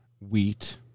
wheat